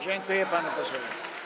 Dziękuję panu posłowi.